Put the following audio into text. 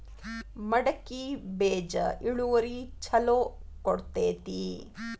ಮಡಕಿ ಬೇಜ ಇಳುವರಿ ಛಲೋ ಕೊಡ್ತೆತಿ?